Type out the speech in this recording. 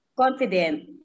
Confident